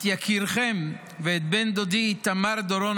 את יקיריכם ואת בן דודי איתמר דורון,